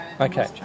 Okay